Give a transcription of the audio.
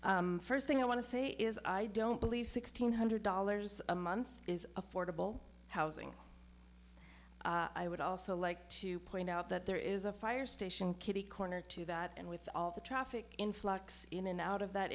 project first thing i want to say is i don't believe sixteen hundred dollars a month is affordable housing i would also like to point out that there is a fire station kitty corner to that and with all the traffic influx in and out of that